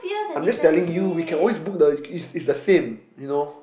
I'm just telling you we can always book the it's it's the same you know